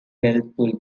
helpful